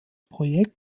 projekt